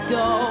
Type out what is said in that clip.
go